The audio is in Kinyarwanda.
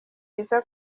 biza